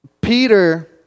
Peter